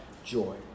Joy